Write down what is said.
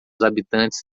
habitantes